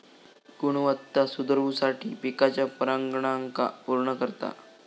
गुणवत्ता सुधरवुसाठी पिकाच्या परागकणांका पुर्ण करता